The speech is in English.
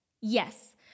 Yes